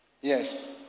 Yes